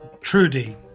trudy